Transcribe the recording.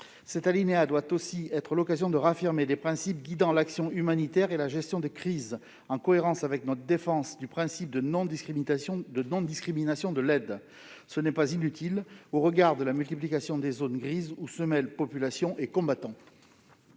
L'alinéa 57 doit aussi réaffirmer des principes guidant l'action humanitaire et la gestion de crises, en cohérence avec notre défense du principe de non-discrimination de l'aide. Ce n'est pas inutile au regard de la multiplication des « zones grises » où se mêlent populations et combattants.